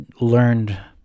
learned